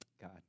God